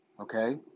Okay